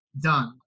done